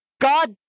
God